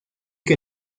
que